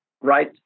right